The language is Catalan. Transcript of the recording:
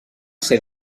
ser